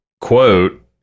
quote